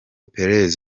pérez